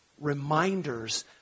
reminders